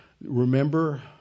remember